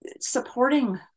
supporting